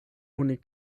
oni